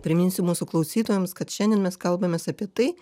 priminsiu mūsų klausytojams kad šiandien mes kalbamės apie tai